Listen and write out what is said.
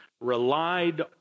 relied